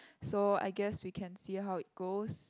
so I guess we can see how it goes